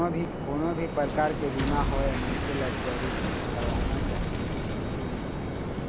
कोनो भी परकार के बीमा होवय मनखे ल जरुर करवाना चाही